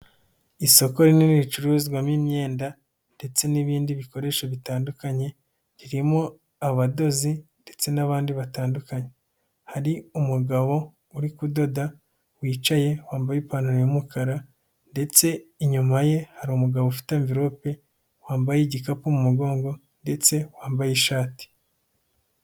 isoko rinini n'ibicuruzwamo imyenda ndetse n'ibindi bikoresho bitandukanye, ririmo abadozi ndetse n'abandi batandukanye, hari umugabo uri kudoda, wicaye wambaye ipantaro y'umukara ndetse inyuma ye hari umugabo ufite anvelope, wambaye igikapu mu mugongo ndetse wambaye ishati.